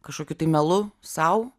kažkokiu tai melu sau